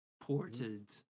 ported